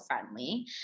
friendly